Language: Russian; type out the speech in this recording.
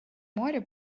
моря